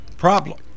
problem